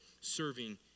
serving